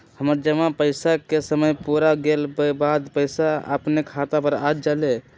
हमर जमा पैसा के समय पुर गेल के बाद पैसा अपने खाता पर आ जाले?